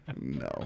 No